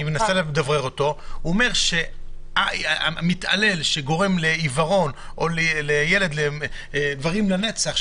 אני מנסה לדברר אותו: מתעלל שגורם לעיוורון לילדאו לדברים לנצח,